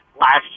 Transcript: last